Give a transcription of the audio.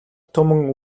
түмэн